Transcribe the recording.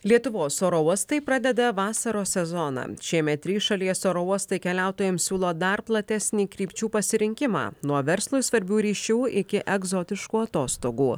lietuvos oro uostai pradeda vasaros sezoną šiemet trys šalies oro uostai keliautojams siūlo dar platesnį krypčių pasirinkimą nuo verslui svarbių ryšių iki egzotiškų atostogų